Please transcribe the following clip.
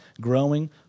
growing